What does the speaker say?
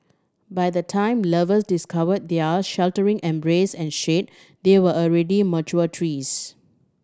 by the time lovers discovered their sheltering embrace and shade they were already mature trees